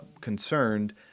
concerned